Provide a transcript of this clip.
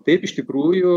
taip iš tikrųjų